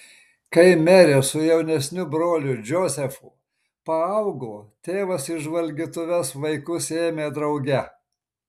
kai merė su jaunesniu broliu džozefu paaugo tėvas į žvalgytuves vaikus ėmė drauge